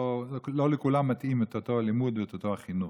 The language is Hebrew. לא לכולם מתאים אותו הלימוד ואותו החינוך,